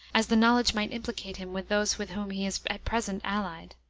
as the knowledge might implicate him with those with whom he is at present allied.